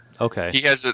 Okay